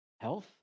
health